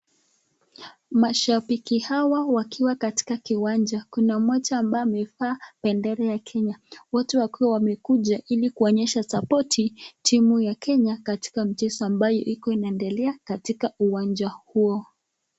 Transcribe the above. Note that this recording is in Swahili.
Mashambiki hawa wakiwa katika kiwanja. Kuna mmoja ambaye amevaa bendera ya Kenya. Wote wakiwa wamekuja ili kuonyesha support timu ya Kenya katika mchezo ambayo ilikuwa inaendelea katika uwanja huo.